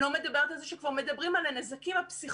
אני לא מדברת על זה שכבר מדברים על הנזקים הפסיכולוגיים,